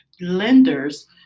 lenders